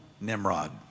Nimrod